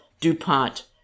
DuPont